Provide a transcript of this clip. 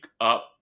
up